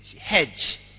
hedge